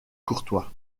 courtois